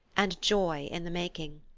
and joy in the making.